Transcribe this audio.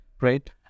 right